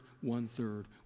one-third